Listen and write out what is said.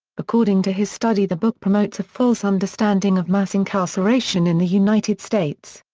according to his study the book promotes a false understanding of mass incarceration in the united states.